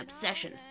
obsession